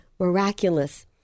miraculous